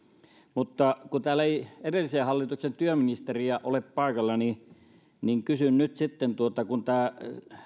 kun täällä ei edellisen hallituksen työministeriä ole paikalla niin kysyn nyt sitten kun